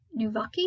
Nuvaki